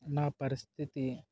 నా పరిస్థితి